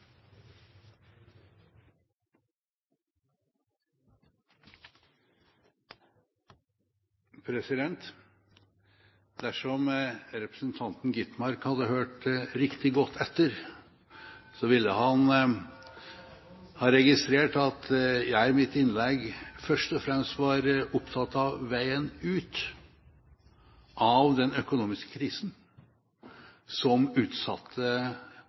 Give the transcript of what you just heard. Dersom representanten Skovholt Gitmark hadde hørt riktig godt etter, ville han ha registrert at jeg i mitt innlegg først og fremst var opptatt av veien ut av den økonomiske krisen som utsatte